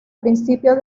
principios